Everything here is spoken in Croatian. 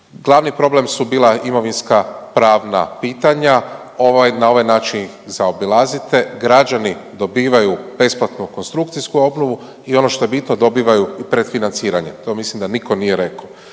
Glavni problem su bila imovinska pravna pitanja, na ovaj način ih zaobilazite, građani dobivaju besplatnu konstrukcijsku obnovu i ono što je bitno dobivaju i predfinanciranje. To mislim da nitko nije rekao.